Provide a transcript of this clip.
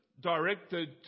directed